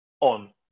on